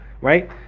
right